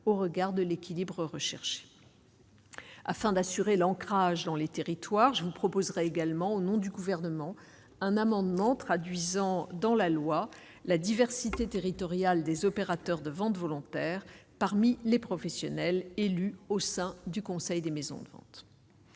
au regard de l'équilibre recherché afin d'assurer l'ancrage dans les territoires, je vous proposerai également au nom du gouvernement un amendement traduisant dans la loi la diversité territoriale des opérateurs de ventes volontaires parmi les professionnels, élu au sein du Conseil des maisons de vente.